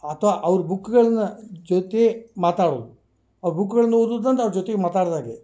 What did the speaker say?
ಅಥವಾ ಅವ್ರ ಬುಕ್ಗಳನ್ನು ಜೊತೆ ಮಾತಾಡೋದು ಅವ್ರ ಬುಕ್ಗಳನ್ನು ಓದುದಂದ್ರೆ ಅವರ ಜೊತಿಗೆ ಮಾತಾಡಿದಾಗೆ